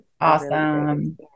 Awesome